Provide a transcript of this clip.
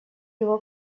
его